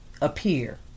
appear